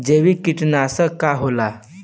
जैविक कीटनाशक का होला?